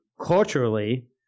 culturally